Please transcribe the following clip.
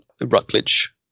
Rutledge